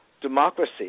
democracy